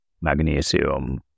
magnesium